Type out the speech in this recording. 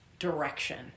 Direction